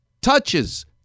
touches